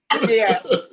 Yes